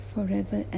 forever